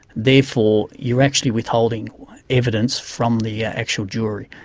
therefore you're actually withholding evidence from the actual jury.